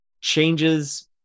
changes